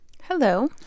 Hello